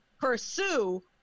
pursue